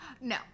No